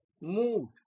mood